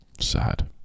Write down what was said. Sad